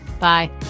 Bye